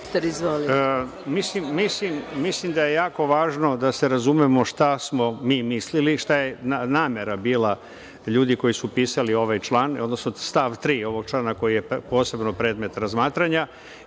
Mislim da je jako važno da se razumemo šta smo mi mislili, šta je namera bila ljudi koji su pisali ovaj član, odnosno stav 3. ovog člana koji je posebno predmet razmatranja